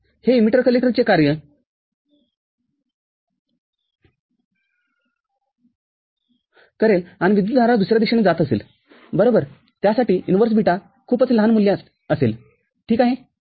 हे इमीटर कलेक्टरचे कार्य करेल आणि हे कलेक्टर इमीटरचे कार्य करेल आणि विद्युतधारा दुसऱ्या दिशेने जात असेल बरोबरआणि त्यासाठी इन्व्हर्स बीटा खूपच लहान मूल्य असेल ठीक आहे